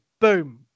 boom